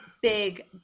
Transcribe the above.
big